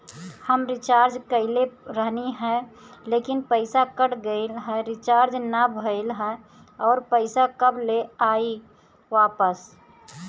हम रीचार्ज कईले रहनी ह लेकिन पईसा कट गएल ह रीचार्ज ना भइल ह और पईसा कब ले आईवापस?